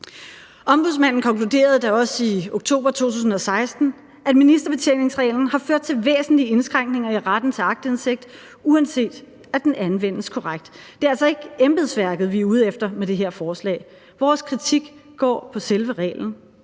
Ombudsmanden konkluderede da også i oktober 2016, at ministerbetjeningsreglen har ført til væsentlige indskrænkninger i retten til aktindsigt, uanset at den anvendes korrekt. Det er altså ikke embedsværket, vi er ude efter med det her forslag. Vores kritik går på selve reglen,